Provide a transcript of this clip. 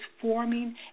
forming